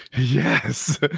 yes